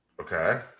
Okay